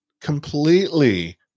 completely